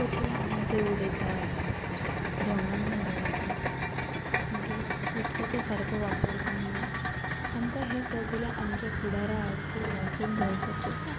कचरो हांगा थंय उडयतात धंगण ना धडाचो मागीर उदकाचो सारको वापर करना आमकां हे सगले आमच्या फुडारा खातीर वाचून दवरपाचें आसा